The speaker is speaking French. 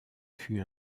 fut